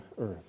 earth